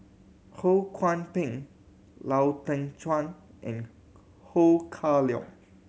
Ho Kwon Ping Lau Teng Chuan and Ho Kah Leong